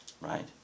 right